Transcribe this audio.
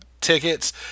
tickets